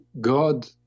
God